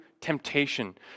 temptation